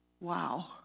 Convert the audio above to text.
Wow